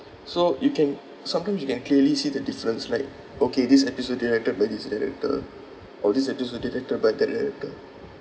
so you can sometimes you can clearly see the difference like okay this episode directed by this director or this episode directed by that director